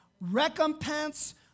recompense